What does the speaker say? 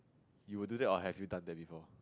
you will do that or have you done that before